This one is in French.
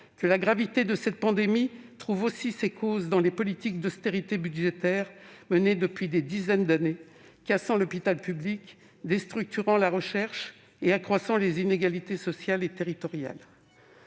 que la gravité de cette pandémie trouve aussi ses causes dans les politiques d'austérité budgétaire menées depuis des dizaines d'années, cassant l'hôpital public, déstructurant la recherche et accroissant les inégalités sociales et territoriales.